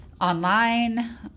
online